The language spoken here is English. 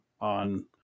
on